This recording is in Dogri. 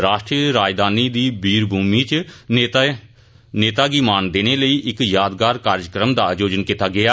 राष्ट्रीय राजधानी दी 'वीर भूमि' च नेता गी मान देने लेई इक यादगार कार्जक्रम दा आयोजन कीता गेया